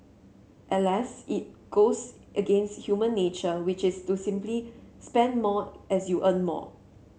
Alas it goes against human nature which is to simply spend more as you earn more